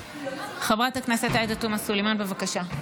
חברת הכנסת עאידה תומא סלימאן, בבקשה.